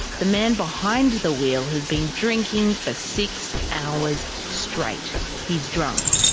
the man behind the wheel has been drinking for six hours straight he's drunk.